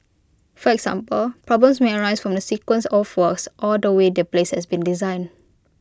for example problems may arise from the sequence of works or the way the place's been designed